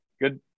Good